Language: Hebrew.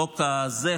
החוק הזה,